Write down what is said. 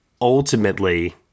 ultimately